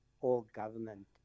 all-government